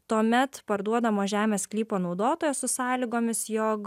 tuomet parduodamo žemės sklypo naudotojas su sąlygomis jog